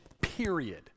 period